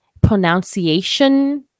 pronunciation